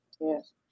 Yes